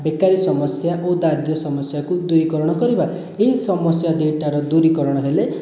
ବେକାରୀ ସମସ୍ୟା ଓ ଦାରିଦ୍ର୍ୟ ସମସ୍ୟାକୁ ଦୂରୀକରଣ କରିବା ଏହି ସମସ୍ୟା ଦୁଇଟାର ଦୂରୀକରଣ ହେଲେ